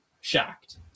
shocked